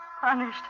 punished